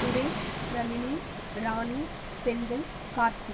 Suresh Nalini Rani Senthil Karthi